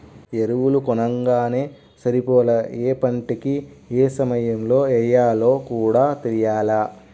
ఎరువులు కొనంగానే సరిపోలా, యే పంటకి యే సమయంలో యెయ్యాలో కూడా తెలియాల